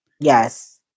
Yes